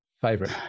favorite